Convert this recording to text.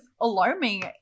alarming